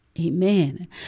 Amen